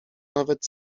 nawet